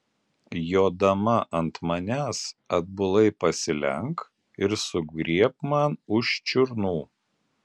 jodama ant manęs atbulai pasilenk ir sugriebk man už čiurnų